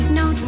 no